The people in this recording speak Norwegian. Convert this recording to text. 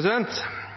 refererte